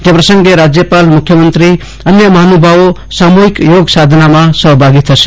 જે પ્રસંગે રાજ્યપાલ મુખ્યમંત્રી અન્ય મહાનુભાવો સામુહિક યોગ સાધનામાં સહભાગી થશે